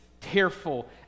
tearful